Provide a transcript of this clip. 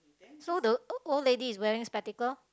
so the uh old lady is wearing spectacle